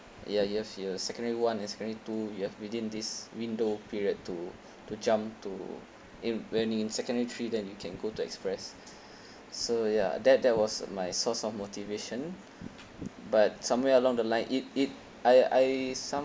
ya you have your secondary one and secondary two you have within this window period to to jump to in when in secondary three then you can go to express so ya that that was my source of motivation but somewhere along the line it it I I somehow